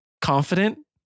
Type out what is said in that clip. Confident